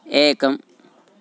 एकम्